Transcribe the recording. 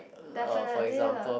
definitely lah